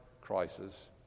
crisis